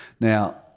Now